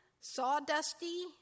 sawdusty